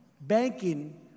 banking